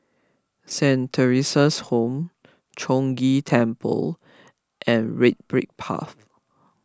Saint theresa's Home Chong Ghee Temple and Red Brick Path